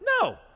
No